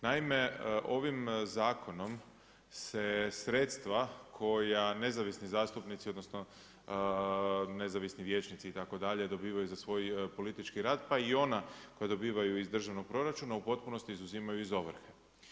Naime, ovim zakonom se sredstva koja nezavisni zastupnici, odnosno nezavisni vijećnici itd., dobivaju za svoj politički rad pa i ona koja dobivaju iz državnog proračuna u potpunosti izuzimaju iz ovrhe.